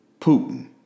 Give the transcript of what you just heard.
Putin